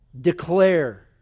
Declare